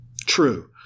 true